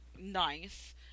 nice